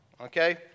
Okay